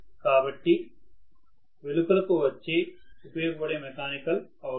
కాబట్టి ఇది వెలుపలకు వచ్చే ఉపయోగపడే మెకానికల్ అవుట్ ఫుట్